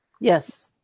Yes